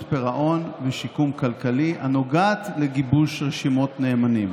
פירעון ושיקום כלכלי הנוגעת לגיבוש רשימות נאמנים.